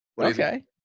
Okay